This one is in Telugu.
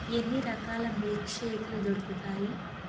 ఎన్ని రకాల మిల్క్ షేకులు దొరుకుతాయి